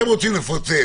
אתם רוצים לפוצץ.